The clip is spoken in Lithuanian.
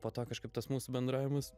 po to kažkaip tas mūsų bendravimas